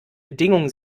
bedingungen